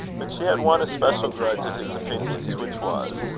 but she had one especial grudge at his opinions which was,